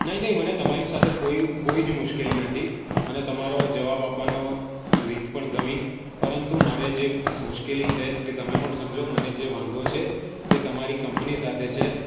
નહિ નહિ મને તમારી સાથે કોઈ કોઈ જ મુશ્કેલી નથી મને તમારો જવાબ આપવાનો રીત પણ ગમી પરંતુ મારે જે મુશ્કેલી છે તે તમે પણ સમજો મને જે વાંધો છે તે તમારી કંપની સાથે છે